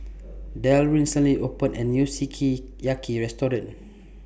Del recently opened A New Sukiyaki Restaurant